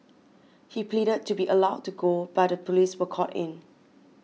he pleaded to be allowed to go but the police were called in